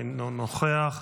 אינו נוכח,